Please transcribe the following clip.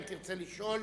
אם תרצה לשאול.